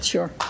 Sure